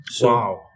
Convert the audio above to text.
Wow